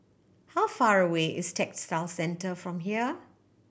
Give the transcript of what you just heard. how far away is Textile Centre from here